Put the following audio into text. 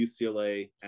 UCLA